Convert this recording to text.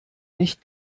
nicht